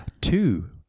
Two